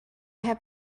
have